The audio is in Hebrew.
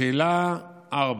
לשאלה 4: